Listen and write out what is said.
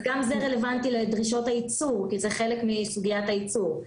אז גם זה רלוונטי לדרישות הייצור כי זה חלק מסוגיית הייצור.